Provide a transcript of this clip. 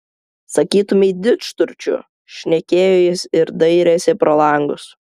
sakytumei didžturčių šnekėjo jis ir dairėsi pro langus